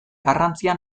garrantzia